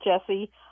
Jesse